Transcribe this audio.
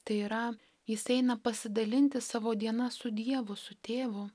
tai yra jis eina pasidalinti savo dienas su dievu su tėvu